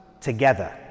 together